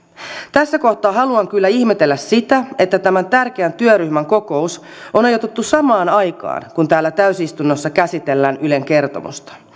tässä kohtaa haluan kyllä ihmetellä sitä että tämän tärkeän työryhmän kokous on ajoitettu samaan aikaan kun täällä täysistunnossa käsitellään ylen kertomusta